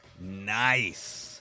nice